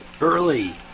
early